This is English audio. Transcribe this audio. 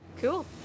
Cool